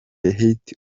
hit